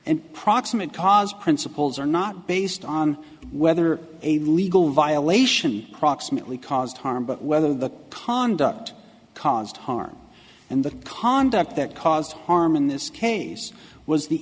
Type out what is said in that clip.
and proximate cause principles are not based on whether a legal violation proximately caused harm but whether the conduct caused harm and the conduct that caused harm in this case was the